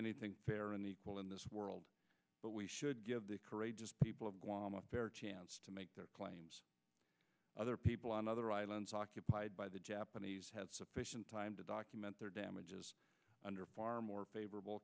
anything fair and equal in this world but we should give the courageous people of guam a fair chance to make their claims other people on other islands occupied by the japanese had sufficient time to document their damages under far more favorable